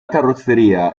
carrozzeria